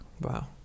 Wow